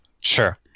Sure